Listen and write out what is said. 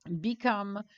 become